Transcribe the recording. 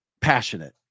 passionate